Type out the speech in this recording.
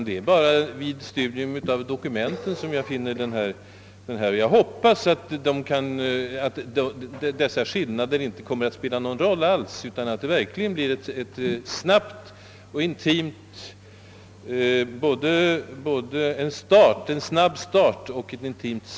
Det är vid studium av dokumenten som jag finner att vissa skillnader föreligger, men jag hoppas att dessa inte kommer att spela någon roll, utan att det verkligen blir både en snabb utredningsstart och ett intimt samarbete mellan berörda myndigheter.